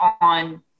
on